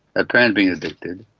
a parent being addicted,